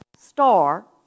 star